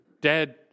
dead